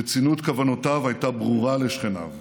רצינות כוונותיו הייתה ברורה לשכניו,